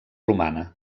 romana